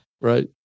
Right